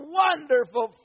wonderful